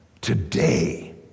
Today